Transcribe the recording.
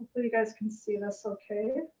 sure you guys can see this okay,